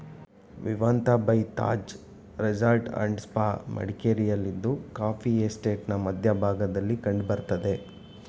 Vivanta by Taj resort and spa ಮಡಿಕೇರಿಯಲ್ಲಿದ್ದು coffee ಎಸ್ಟೇಟ್ನ ಮಧ್ಯ ಭಾಗದಲ್ಲಿ ಕಂಡ್ ಬರ್ತದೆ